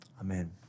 Amen